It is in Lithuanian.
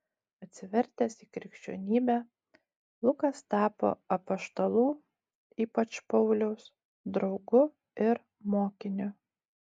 atsivertęs į krikščionybę lukas tapo apaštalų ypač pauliaus draugu ir mokiniu